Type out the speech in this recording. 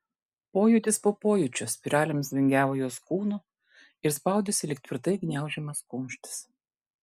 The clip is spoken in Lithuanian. pojūtis po pojūčio spiralėmis vingiavo jos kūnu ir spaudėsi lyg tvirtai gniaužiamas kumštis